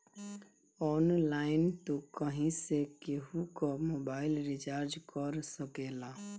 online तू कहीं से केहू कअ मोबाइल रिचार्ज कर सकेला